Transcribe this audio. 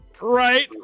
Right